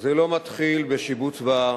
זה לא מתחיל בשיבוץ בעבודה